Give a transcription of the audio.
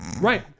right